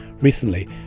recently